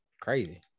Crazy